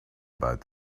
about